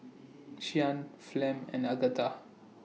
Shyann Flem and Agatha